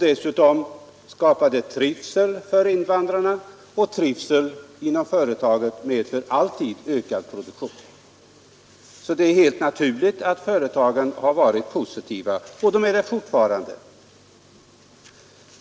Dessutom skapar denna undervisning trivsel för invandrarna, och trivsel inom företag medför alltid ökat produktion. Det är alltså helt naturligt att företagen har varit positiva — och är det fortfarande.